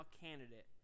candidate